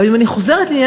אבל, אם אני חוזרת לעניין